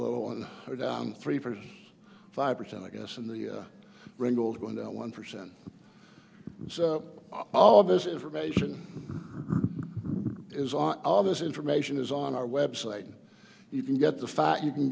alone or down three four or five percent i guess in the ringgold when one percent oh all this information is on all this information is on our website you can get the fat you can